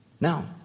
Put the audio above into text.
Now